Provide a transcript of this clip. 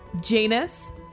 Janus